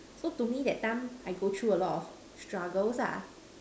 so to me that time I go through a lot of struggles ah